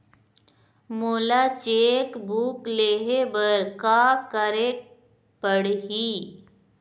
मोला cheque book लेहे बर का केरेक पढ़ही?